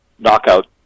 knockout